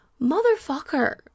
Motherfucker